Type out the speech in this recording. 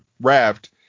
raft